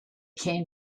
came